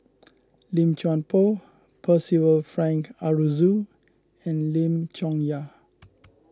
Lim Chuan Poh Percival Frank Aroozoo and Lim Chong Yah